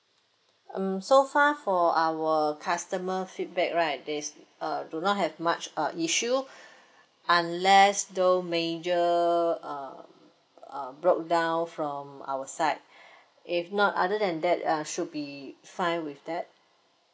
um so far for our customer feedback right they s~ uh do not have much uh issue unless those major um um broke down from our site if not other than that uh should be fine with that